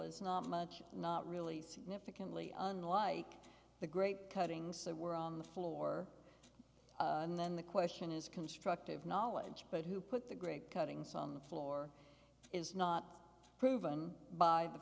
is not much not really significantly unlike the great cuttings they were on the floor and then the question is constructive knowledge but who put the great cuttings on the floor is not proven by the